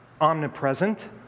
omnipresent